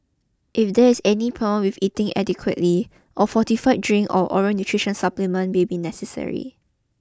if there is any problem with eating adequately a fortified drink or oral nutrition supplement may be necessary